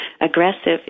aggressive